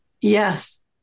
Yes